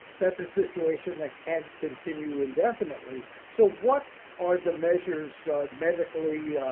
that's a situation that can't continue indefinitely. so what are the measures medically,